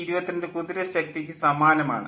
ഇത് 9522 കുതിര ശക്തിക്കു സമാനമാണ്